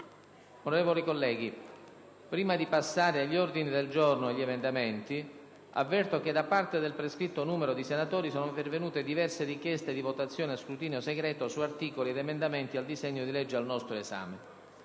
prima di passare all'esame degli ordini del giorno e degli emendamenti, avverto che da parte del prescritto numero di senatori sono pervenute diverse richieste di votazione a scrutinio segreto su articoli ed emendamenti al disegno di legge al nostro esame.